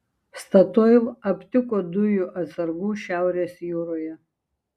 statoil aptiko dujų atsargų šiaurės jūroje